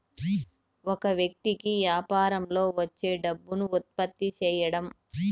ఒక వ్యక్తి కి యాపారంలో వచ్చే డబ్బును ఉత్పత్తి సేయడం